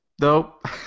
Nope